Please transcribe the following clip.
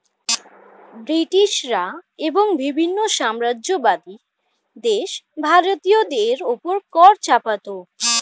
ব্রিটিশরা এবং বিভিন্ন সাম্রাজ্যবাদী দেশ ভারতীয়দের উপর কর চাপাতো